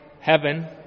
Heaven